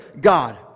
God